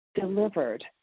delivered